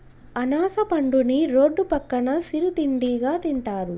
అనాస పండుని రోడ్డు పక్కన సిరు తిండిగా తింటారు